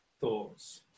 thoughts